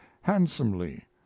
handsomely